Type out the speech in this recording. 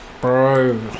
bro